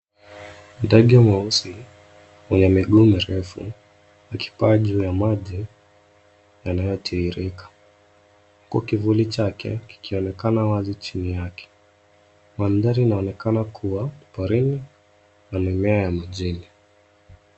Ndege mweusi mwenye miguu mirefu akipaa juu ya maji yanayotiririka. Huko kivuli chake kikionekana wazi chini yake. Mandhari inaonekana kuwa porini na mimea ya majini.